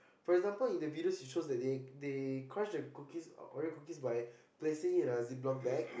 for example in the video she shows that they they crush the cookies Oreo cookies by placing it in the zip lock bag